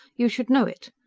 you should know it!